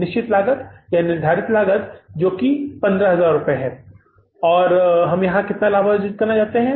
निश्चित लागत हमें दी जाती है जो कि 15000 है और हम यहां क्या लाभ अर्जित करना चाहते हैं